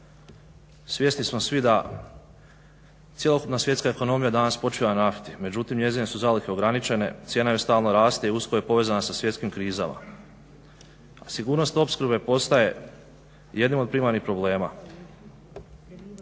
svjesni smo svi da cjelokupna svjetska ekonomija danas počiva na nafti, međutim njezine su zalihe ograničene, cijena joj stalno raste i usko je povezana sa svjetskim krizama. Sigurnost opskrbe postaje jednim od primarnih problema.